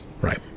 right